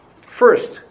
First